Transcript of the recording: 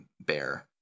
bear